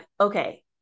okay